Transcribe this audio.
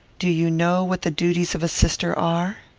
do you know what the duties of a sister are?